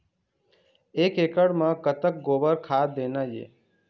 एक एकड़ म कतक गोबर खाद देना ये?